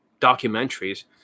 documentaries